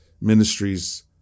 ministries